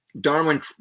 Darwin